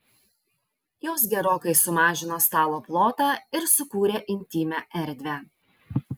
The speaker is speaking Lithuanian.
jos gerokai sumažino stalo plotą ir sukūrė intymią erdvę